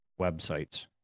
websites